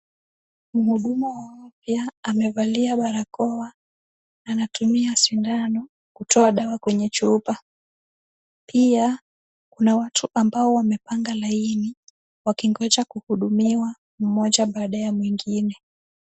Muhudumu wa afya, amevalia barakoa, anatumia sindano, kutoa dawa kwenye chupa, pia, kuna watu ambao wamepanga laini, wakingoja kuhudumiwa, mmoja baada ya mwingine.